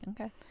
Okay